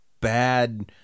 bad